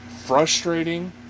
frustrating